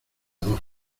dos